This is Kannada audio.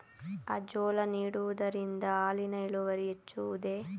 ಅಜೋಲಾ ನೀಡುವುದರಿಂದ ಹಾಲಿನ ಇಳುವರಿ ಹೆಚ್ಚುವುದೇ?